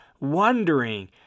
wondering